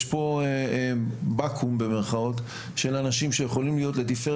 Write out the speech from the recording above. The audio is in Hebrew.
יש פה "בקו"ם" של אנשים שיכולים להיות לתפארת